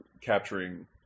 capturing